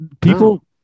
People